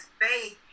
faith